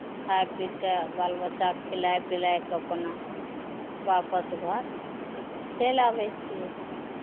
खाए पी कऽ बाल बच्चाकेँ खिलाए पिलाए कऽ अपना वापस घर चलि आबै छियै